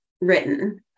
written